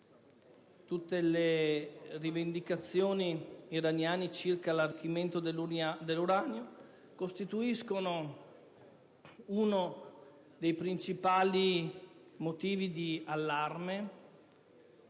e le rivendicazioni iraniane circa l'arricchimento dell'uranio costituiscono uno dei principali motivi di allarme,